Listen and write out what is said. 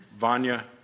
Vanya